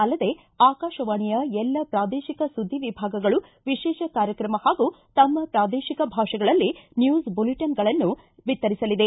ಅಲ್ಲದೇ ಆಕಾಶವಾಣಿಯ ಎಲ್ಲಾ ಪ್ರಾದೇಶಿಕ ಸುದ್ದಿ ವಿಭಾಗಗಳು ವಿಶೇಷ ಕಾರ್ಯಕ್ರಮ ಹಾಗೂ ತಮ್ನ ಪ್ರಾದೇಶಿಕ ಭಾಷೆಗಳಲ್ಲಿ ನ್ನೂಸ್ ಬುಲೆಟನ್ಗಳನ್ನು ಬಿತ್ತರಿಸಲಿದೆ